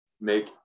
make